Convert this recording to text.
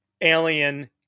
alien